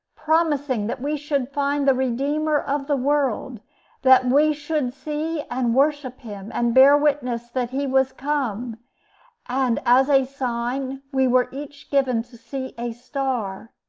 promising that we should find the redeemer of the world that we should see and worship him, and bear witness that he was come and, as a sign, we were each given to see a star.